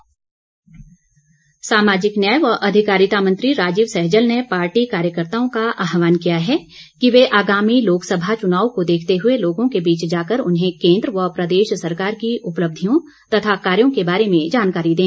सैजल सामाजिक न्याय व अधिकारिता मंत्री राजीव सैजल ने पार्टी कार्यकर्ताओं का आहवान किया है कि वे आगामी लोकसभा चुनाव को देखते हुए लोगों के बीच जाकर उन्हें केन्द्र व प्रदेश सरकार की उपलब्धियों तथा कार्यों के बारे में जानकारी दें